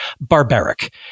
barbaric